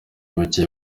buke